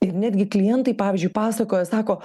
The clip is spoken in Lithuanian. ir netgi klientai pavyzdžiui pasakoja sako